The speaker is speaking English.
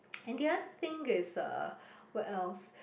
and the other thing is uh what else